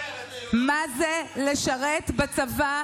מה זה לשרת בצבא?